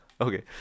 Okay